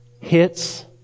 hits